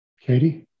Katie